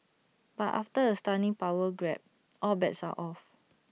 but after A stunning power grab all bets are off